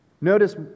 Notice